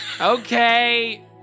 Okay